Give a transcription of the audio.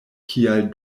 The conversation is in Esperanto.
kial